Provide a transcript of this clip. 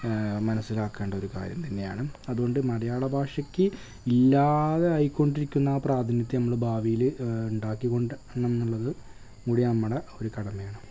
മനസ്സിലാക്കേണ്ടൊരു കാര്യം തന്നെയാണ് അതുകൊണ്ട് മലയാളഭാഷക്ക് ഇല്ലാതായിക്കൊണ്ടിരിക്കുന്ന പ്രാതിനിധ്യം നമ്മൾ ഭാവിയിൽ ഉണ്ടാക്കി കൊണ്ട് വരണമെന്നുള്ളതു കൂടി നമ്മുടെ ഒരു കടമയാണ്